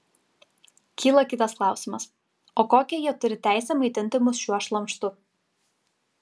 kyla kitas klausimas o kokią jie turi teisę maitinti mus šiuo šlamštu